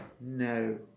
No